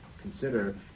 consider